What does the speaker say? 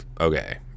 Okay